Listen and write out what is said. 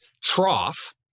trough